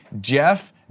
Jeff